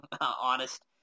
honest